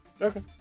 Okay